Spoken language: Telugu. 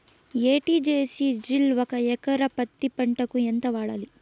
ఎ.టి.జి.సి జిల్ ఒక ఎకరా పత్తి పంటకు ఎంత వాడాలి?